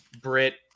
Brit